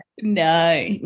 No